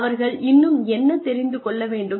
அவர்கள் இன்னும் என்ன தெரிந்து கொள்ள வேண்டும்